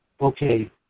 okay